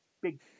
big